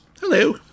Hello